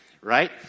right